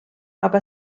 aga